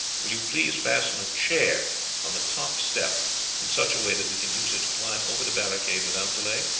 will you please fasten a chair on the top step in such a way that we can use it to climb over the barricade without delay?